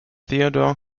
theodore